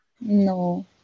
No